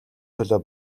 төлөө